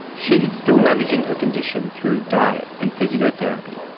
she is still managing her condition through diet and physiotherapy.